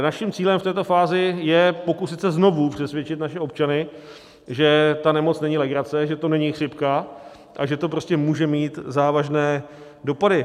Naším cílem v této fázi je pokusit se znovu přesvědčit naše občany, že ta nemoc není legrace, že to není chřipka a že to může mít závažné dopady.